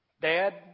Dad